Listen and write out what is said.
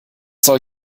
soll